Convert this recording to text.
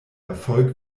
erfolg